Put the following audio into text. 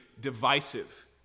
divisive